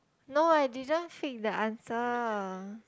no I didn't fake the answer